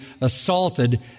assaulted